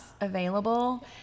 available